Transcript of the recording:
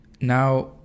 Now